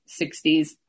60s